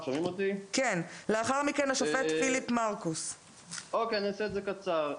אני אעשה את זה קצר.